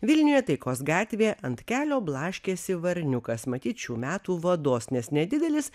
vilniuje taikos gatvėje ant kelio blaškėsi varniukas matyt šių metų vados nes nedidelis